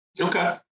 Okay